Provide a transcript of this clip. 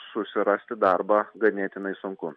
susirasti darbą ganėtinai sunku